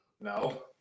No